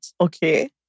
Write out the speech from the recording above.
okay